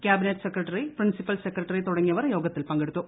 cabinet secretary principal secretary തുടങ്ങിയവർ യോഗത്തിൽ പങ്കെടുത്തു